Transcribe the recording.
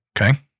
Okay